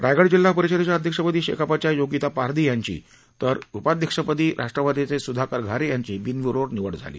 रायगड जिल्हा परिषदेच्या अध्यक्षपदी शेकापच्या योगिता पारधी यांची तर उपाध्यक्षपदी राष्ट्रवादीचे सुधाकर घारे यांची बिनविरोध निवड झाली